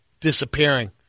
disappearing